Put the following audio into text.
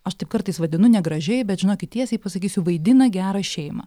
aš taip kartais vadinu negražiai bet žinokit tiesiai pasakysiu vaidina gerą šeimą